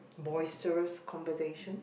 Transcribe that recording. boisterous conversation